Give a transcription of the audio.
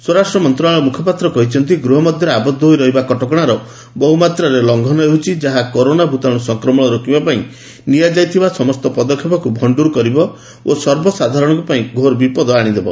ସ୍ୱରାଷ୍ଟ୍ର ମନ୍ତ୍ରଣାଳୟ ମୁଖପାତ୍ର କହିଛନ୍ତି ଗୃହମଧ୍ୟରେ ଆବଦ୍ଧ ହୋଇ ରହିବା କଟକଣାର ବହୁମାତ୍ରାରେ ଲଙ୍ଘନ ହେଉଛି ଯାହା କରୋନା ଭୂତାଣୁ ସଂକ୍ରମଣ ରୋକିବା ପାଇଁ ନିଆଯାଇଥିବା ସମସ୍ତ ପଦକ୍ଷେପକୁ ଭଣ୍ଟୁର କରିବ ଓ ସର୍ବସାଧାରଣଙ୍କ ପାଇଁ ଘୋର ବିପଦ ଆଣିଦେବ